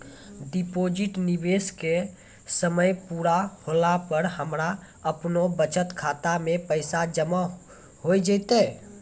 Deposit निवेश के समय पूरा होला पर हमरा आपनौ बचत खाता मे पैसा जमा होय जैतै?